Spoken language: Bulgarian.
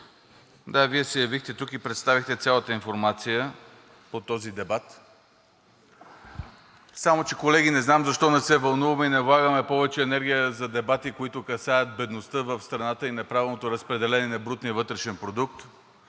Да, вие се явихте тук и представихте цялата информация по този дебат. Само че, колеги, не знам защо не се вълнуваме и не влагаме повече енергия за дебати, които касаят бедността в страната и неправилното разпределение на брутния вътрешен продукт,